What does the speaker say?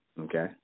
Okay